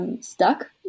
stuck